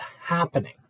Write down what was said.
happening